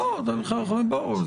חברים, בואו.